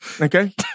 Okay